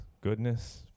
goodness